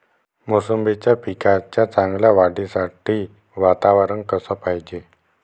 मोसंबीच्या पिकाच्या चांगल्या वाढीसाठी वातावरन कस पायजे?